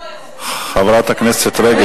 חברת הכנסת רגב.